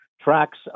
Tracks